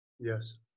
Yes